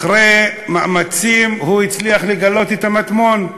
אחרי מאמצים, לגלות את המטמון,